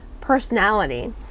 personality